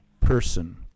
Person